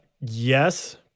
yes